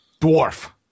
Dwarf